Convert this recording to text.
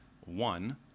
one